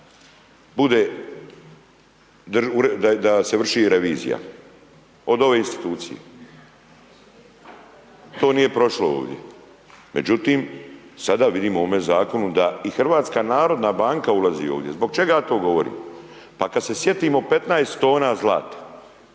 bude, da se vrši revizija od ove institucije. To nije prošlo ovdje. Međutim, sada vidimo u ovome zakonu da i HNB ulazi ovdje. Zbog čega to govorim? Pa kad se sjetimo 15 tona zlata